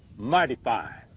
mighty fine.